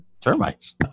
Termites